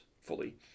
fully